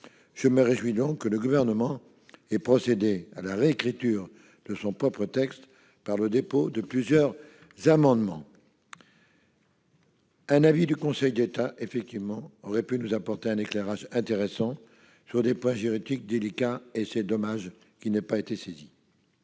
Je me réjouis que le Gouvernement ait procédé à la réécriture de son texte par le biais de plusieurs amendements. Un avis du Conseil d'État aurait effectivement pu nous apporter un éclairage intéressant sur des points juridiques délicats. Il est dommage qu'il n'ait pas été saisi.